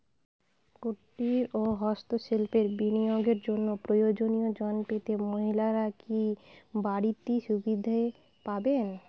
কুটীর ও হস্ত শিল্পে বিনিয়োগের জন্য প্রয়োজনীয় ঋণ পেতে মহিলারা কি বাড়তি সুবিধে পাবেন?